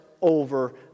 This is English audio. over